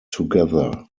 together